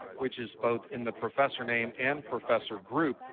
which is both in the professor name and professor group.